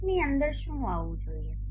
લૂપની અંદર શું આવવું જોઈએ